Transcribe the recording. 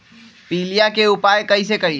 पीलिया के उपाय कई से करी?